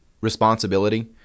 responsibility